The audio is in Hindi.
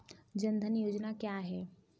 जनधन योजना क्या है?